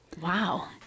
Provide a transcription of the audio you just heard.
Wow